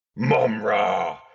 Mumra